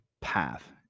path